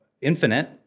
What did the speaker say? infinite